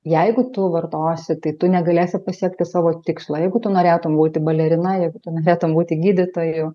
jeigu tu vartosi tai tu negalėsi pasiekti savo tikslo jeigu tu norėtum būti balerina jeigu tu norėtum būti gydytoju